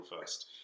first